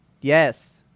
Yes